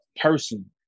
person